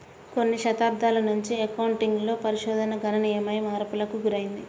కొన్ని దశాబ్దాల నుంచి అకౌంటింగ్ లో పరిశోధన గణనీయమైన మార్పులకు గురైంది